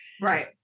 Right